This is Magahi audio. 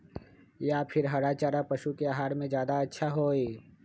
या फिर हरा चारा पशु के आहार में ज्यादा अच्छा होई?